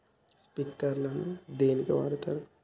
Sprinkler ను దేనికి వాడుతరు?